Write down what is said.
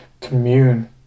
commune